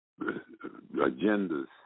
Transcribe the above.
agendas